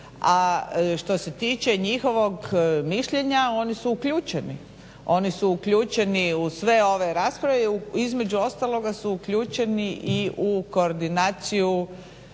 što se tiče njihovog mišljenja oni su uključeni, oni su uključeni u sve ove rasprave. Između ostaloga su uključeni i u koordinaciju